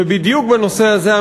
ובדיוק בנושא הזה,